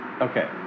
Okay